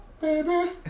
baby